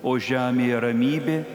o žemėje ramybė